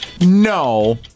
No